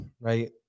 right